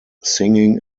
singing